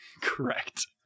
Correct